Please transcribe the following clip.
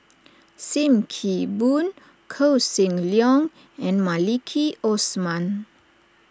Sim Kee Boon Koh Seng Leong and Maliki Osman